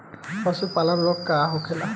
पशु प्लग रोग का होखेला?